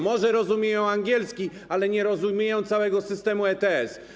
Może rozumieją angielski, ale nie rozumieją całego systemu ETS.